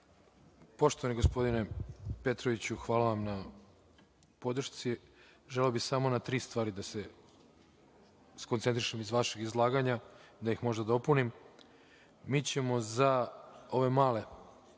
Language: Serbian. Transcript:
Poštovani gospodine Petroviću, hvala vam na podršci. Želeo bih samo na tri stvari da se skoncentrišem iz vašeg izlaganja, da ih možda dopunim. Mi ćemo za ove male